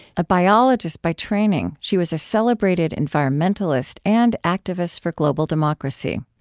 a biologist by training, she was a celebrated environmentalist and activist for global democracy.